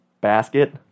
basket